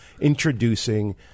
introducing